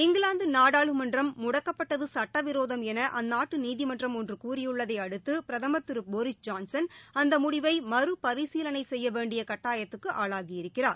இங்கிலாந்து நாடாளுமன்றம் முடக்கப்பட்டது சுட்டவிரோதம் என அந்நாட்டு நீதிமன்றம் ஒன்று கூறியுள்ளதை அடுத்து பிரதம் திரு போரிஸ் ஜான்சன் அந்த முடிவை மறுபரிசீலனை செய்ய வேண்டிய கட்டாயத்துக்கு ஆளாகியிருக்கிறார்